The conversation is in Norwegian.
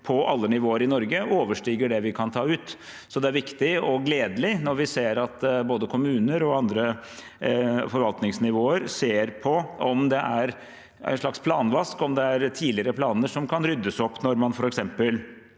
på alle nivåer i Norge overstiger det vi kan ta ut. Det er derfor viktig og gledelig når vi ser at både kommuner og andre forvaltningsnivåer ser på en slags planvask – om det er tidligere planer som kan ryddes opp i når man f.eks.